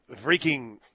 freaking